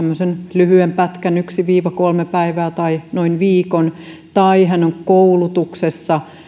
lyhyen pätkän yksi viiva kolme päivää tai noin viikon tai hän on koulutuksessa